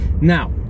Now